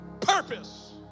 purpose